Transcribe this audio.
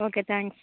okay thanks